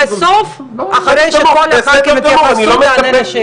בסוף אחרי שכל הח"כים יתייחסו תענה לשאלות.